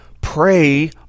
Pray